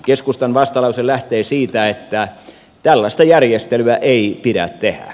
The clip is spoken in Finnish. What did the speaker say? keskustan vastalause lähtee siitä että tällaista järjestelyä ei pidä tehdä